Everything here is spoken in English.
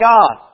God